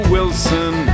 Wilson